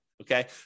okay